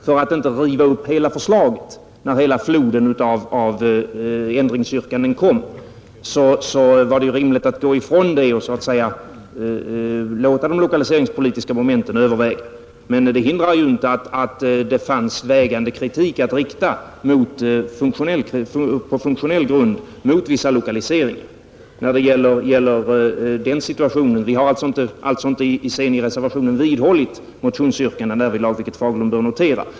För att inte riva upp hela förslaget, när floden av ändringsyrkanden kom, var det rimligt att gå ifrån detta och så att säga låta de lokaliseringspolitiska momenten överväga. Men det hindrar ju inte att det på funktionell grund finns en vägande kritik att rikta mot vissa lokaliseringar när det gäller den situationen. Vi har alltså inte i reservationen vidhållit motionsyrkandena härvidlag, vilket herr Fagerlund bör notera.